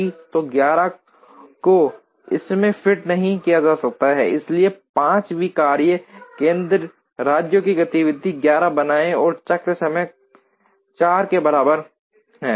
तो 11 को इसमें फिट नहीं किया जा सकता है इसलिए 5 वीं कार्य केंद्र राज्यों की गतिविधि 11 बनाएं और चक्र समय 4 के बराबर है